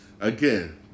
Again